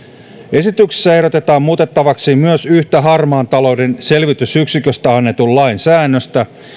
esityksessä ehdotetaan muutettavaksi myös yhtä harmaan talouden selvitysyksiköstä annetun lain säännöstä